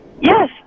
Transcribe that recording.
Yes